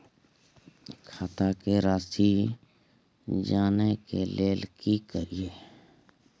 खाता के राशि जानय के लेल की करिए?